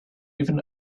even